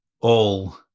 all-